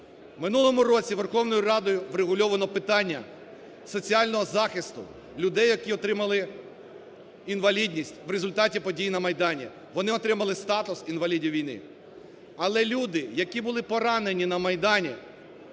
минулому Верховною Радою врегульовано питання соціального захисту людей, які отримали інвалідність в результаті подій на Майдані, вони отримали статус інвалідів війни. Але люди, які були поранені на Майдані,